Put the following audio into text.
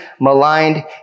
maligned